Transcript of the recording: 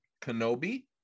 Kenobi